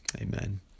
Amen